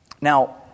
Now